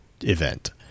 event